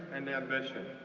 and ambition.